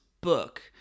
book